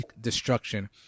destruction